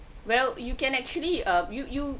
well you can actually err you you